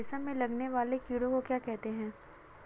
रेशम में लगने वाले कीड़े को क्या कहते हैं?